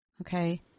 okay